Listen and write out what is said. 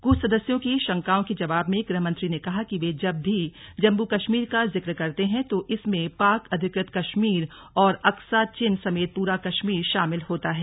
कुछ सदस्यों की शंकाओं के जवाब में गृहमंत्री ने कहा कि वे जब भी जम्मू कश्मीर का जिक्र करते हैं तो इसमें पाक अधिकृत कश्मीर और अक्सा चिन समेत पूरा कश्मीर शामिल होता है